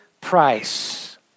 price